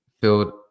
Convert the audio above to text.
filled